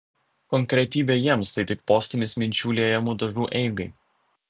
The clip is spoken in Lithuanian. konkretybė jiems tai tik postūmis minčių liejamų dažų eigai